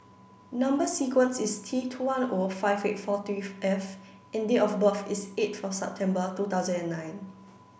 number sequence is T two one O five eight four three F and date of birth is eight for September two thousand nine